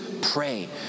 pray